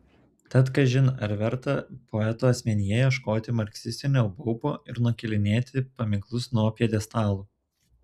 tad kažin ar verta poeto asmenyje ieškoti marksistinio baubo ir nukėlinėti paminklus nuo pjedestalų